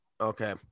Okay